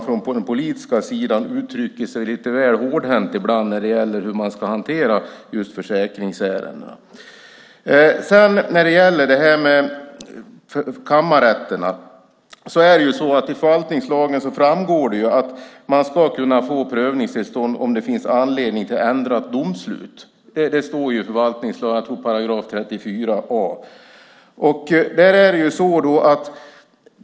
Från den politiska sidan uttrycker man sig ibland lite väl hårt om hur försäkringsärendena ska hanteras. I förvaltningslagen framgår det att man ska kunna få prövningstillstånd om det finns anledning till att få ändrat domslut. Det står i förvaltningslagen § 34 a.